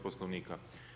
Poslovnika.